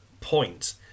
point